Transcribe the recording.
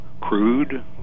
crude